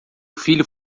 filho